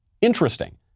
interesting